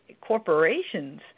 Corporations